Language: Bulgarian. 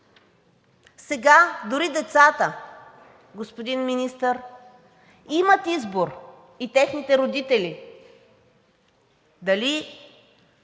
Сега дори децата, господин Министър, имат избор и техните родители – дали